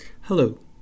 Hello